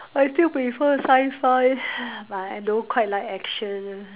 I still prefer Sci-Fi but I don't quite like action